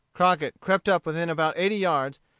crockett crept up within about eighty yards,